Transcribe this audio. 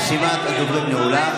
רשימת הדוברים נעולה.